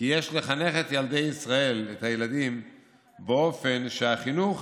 יש לחנך את ילדי ישראל ואת הילדים באופן שהחינוך